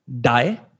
die